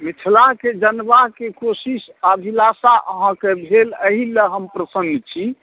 मिथिलाके जनबाके कोशिश अभिलाषा अहाँकऽ भेल एहि लै हम प्रसन्न छी